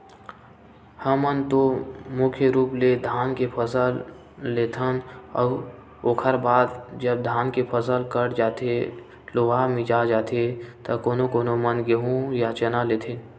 हमन तो मुख्य रुप ले धान के फसल लेथन अउ ओखर बाद जब धान के फसल कट जाथे लुवा मिसा जाथे त कोनो कोनो मन गेंहू या चना लेथे